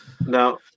now